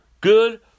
good